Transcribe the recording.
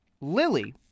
Lily